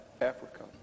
Africa